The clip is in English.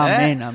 Amen